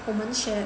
我们 share